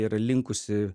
yra linkusi